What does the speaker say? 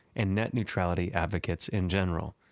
and net neutrality advocates in general